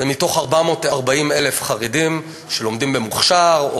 זה מתוך 440,000 חרדים שלומדים במוכש"ר,